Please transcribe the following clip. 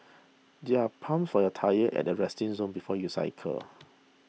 there are pumps for your tyres at the resting zone before you cycle